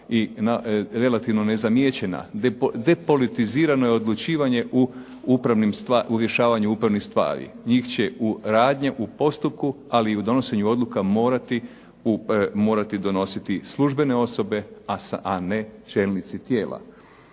i relativno nezamijećena, depolitizirano je odlučivanje u rješavanju upravnih stvari. Njih će radnje u postupku ali i u donošenju odluka morati donositi službene osobe, a ne čelnici tijela.